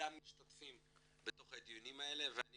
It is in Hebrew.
כולם משתתפים בתוך הדיונים האלה ואני